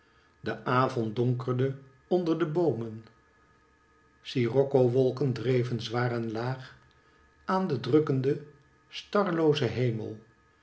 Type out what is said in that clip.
de avond donkerde onder de boomen scirocco wolken dreven zwaar en laag aan den drukkenden starloozen hemel